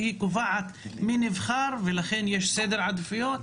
שהן קובעות מי נבחר ולכן יש סדר עדיפויות.